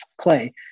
Clay